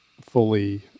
fully